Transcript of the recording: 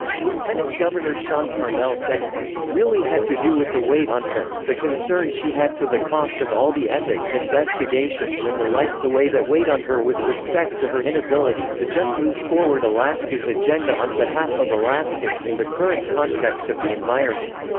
lt. and governor sean parnell said it really had to do with the weight on her, the concern she had for the cost of all the ethics investigations and the like the way that weighed on her with respect to her inability to just move forward alaska's agenda on behalf of alaskans in the current context of the environment.